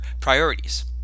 priorities